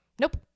Nope